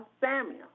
Samuel